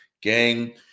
Gang